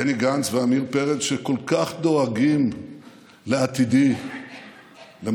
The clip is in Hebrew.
בני גנץ ועמיר פרץ, שכל כך דואגים לעתידי, למצבי.